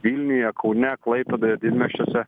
vilniuje kaune klaipėdoje didmiesčiuose